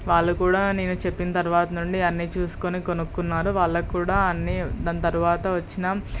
వాళ్ళు కూడా నేను చెప్పిన తర్వాత నుండి అన్నీ చూసుకుని కొనుక్కున్నారు వాళ్ళక్కూడా అన్నీ దాని తర్వాత వచ్చిన